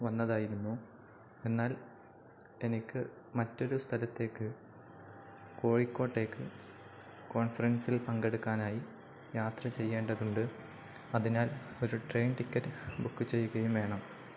വന്നതായിരുന്നു എന്നാൽ എനിക്ക് മറ്റൊരു സ്ഥലത്തേക്ക് കോഴിക്കോട്ടേക്ക് കോൺഫറൻസിൽ പങ്കെടുക്കാനായി യാത്ര ചെയ്യേണ്ടതുണ്ട് അതിനാൽ ഒരു ട്രെയിൻ ടിക്കറ്റ് ബുക്ക് ചെയ്യുകയും വേണം